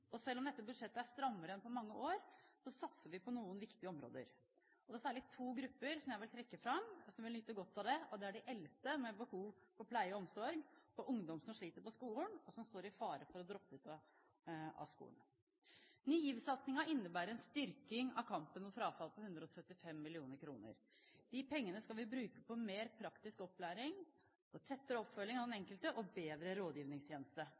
kursen. Selv om dette budsjettet er strammere enn på mange år, satser vi på noen viktige områder. Det er særlig to grupper jeg vil trekke fram, som vil nyte godt av det, og det er de eldste med behov for pleie og omsorg, og ungdom som sliter på skolen og står i fare for å droppe ut. Ny GIV-satsingen innebærer en styrking av kampen mot frafall på 175 mill. kr. De pengene skal vi bruke på mer praktisk opplæring, tettere oppfølging av den enkelte og bedre rådgivningstjeneste,